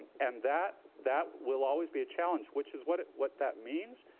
and and that that will always be a challenge, which is what what that means.